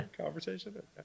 conversation